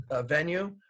venue